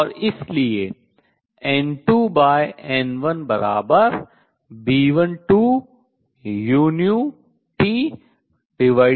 और इसलिए N2N1B12uTA21